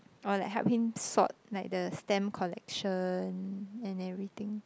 or like help him sort like the stamp collection and everything